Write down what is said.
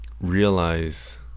realize